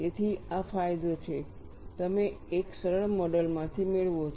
તેથી આ ફાયદો છે તમે એક સરળ મોડલ માંથી મેળવો છો